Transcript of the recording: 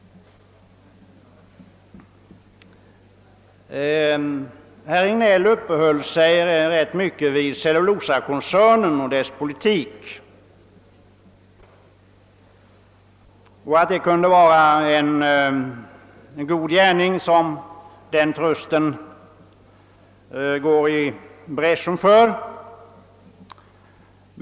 Herr Regnéll upphöll sig rätt mycket vid Celiulosakoncernen och dess politik och menade att trusten kan anses göra en god gärning genom sina utlandsengagemang.